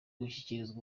gushyikirizwa